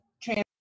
trans